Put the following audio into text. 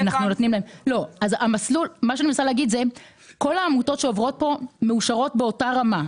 מה שאני מנסה להגיד זה שכל העמותות שעוברות כאן מאושרות באותה רמה.